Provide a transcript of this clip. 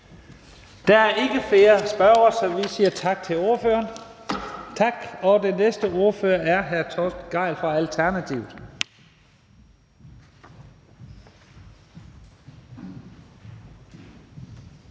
Der er ikke flere spørgere, så vi siger tak til ordføreren. Den næste ordfører er hr. Torsten Gejl fra Alternativet.